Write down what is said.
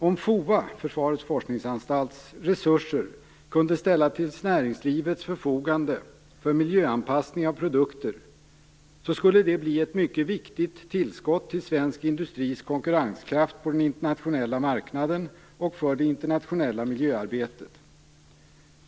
Om FOA:s resurser kunde ställas till näringslivets förfogande för miljöanpassning av produkter skulle det bli ett mycket viktigt tillskott till svensk industris konkurrenskraft på den internationella marknaden och för det internationella miljöarbetet.